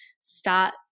start